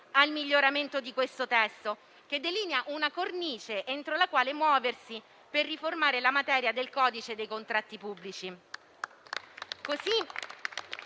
al miglioramento del testo, che delinea una cornice entro la quale muoversi per riformare la materia del codice dei contratti pubblici.